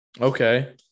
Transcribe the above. Okay